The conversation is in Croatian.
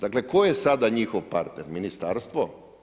Dakle tko je sada njihov partner, ministarstvo?